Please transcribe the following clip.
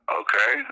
okay